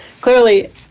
clearly